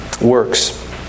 works